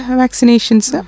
vaccinations